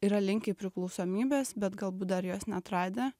yra linkę į priklausomybes bet galbūt dar jos neatradę